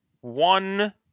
one